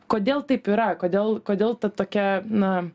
kodėl taip yra kodėl kodėl ta tokia na